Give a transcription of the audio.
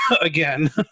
again